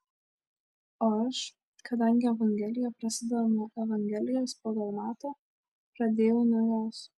o aš kadangi evangelija prasideda nuo evangelijos pagal matą pradėjau nuo jos